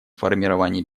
формировании